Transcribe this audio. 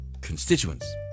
constituents